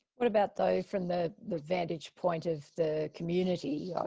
what about, though, from the the vantage point of the community?